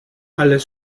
alles